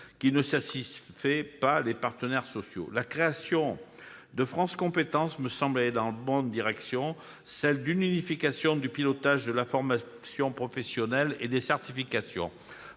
qui ne satisfait pas les partenaires sociaux. La création de France compétences me semble aller dans la bonne direction, celle d'une unification du pilotage de la formation professionnelle et des certifications.